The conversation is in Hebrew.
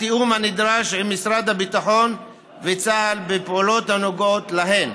התיאום הנדרש עם משרד הביטחון וצה"ל בפעולות הנוגעות להם.